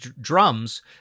drums